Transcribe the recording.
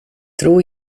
tro